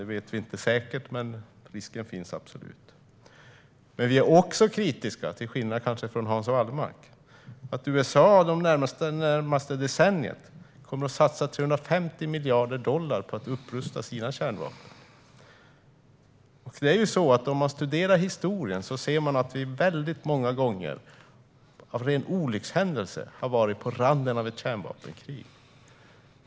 Det är inte helt säkert, men risken finns absolut. Kanske till skillnad från Hans Wallmark är vi också kritiska till att USA under det närmaste decenniet kommer att satsa 350 miljarder dollar på att upprusta sina kärnvapen. Om man studerar historien ser man att vi väldigt många gånger av rena olyckshändelser har varit på randen av ett kärnvapenkrig.